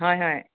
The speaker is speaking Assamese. হয় হয়